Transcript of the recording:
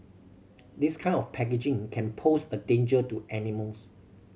this kind of packaging can pose a danger to animals